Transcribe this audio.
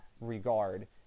regard